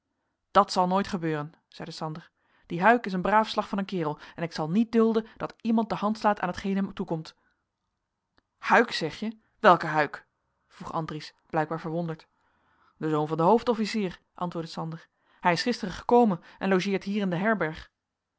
dat zal nooit gebeuren zeide sander die huyck is een braaf slag van een kerel en ik zal niet dulden dat iemand de hand slaat aan t geen hem toekomt huyck zeg je welke huyck vroeg andries blijkbaar verwonderd de zoon van den hoofdofficier antwoordde sander hij is gisteren gekomen en logeert hier in de herberg